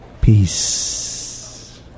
peace